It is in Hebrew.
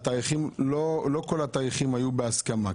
לא כל התאריכים היו בהסכמה.